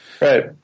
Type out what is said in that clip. right